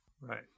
right